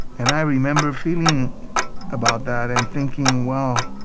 and i remember feeling about that and thinking, well,